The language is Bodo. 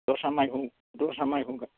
दस्रा माइखौ दस्रा माइखौ